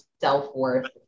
self-worth